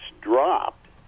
dropped